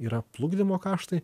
yra plukdymo kaštai